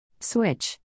Switch